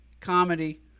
comedy